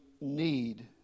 need